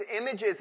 images